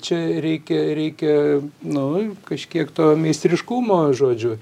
čia reikia reikia nu kažkiek to meistriškumo žodžiu